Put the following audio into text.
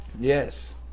Yes